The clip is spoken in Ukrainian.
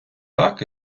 так